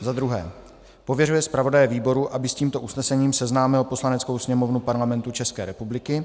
II. pověřuje zpravodaje výboru, aby s tímto usnesením seznámil Poslaneckou sněmovnu Parlamentu České republiky;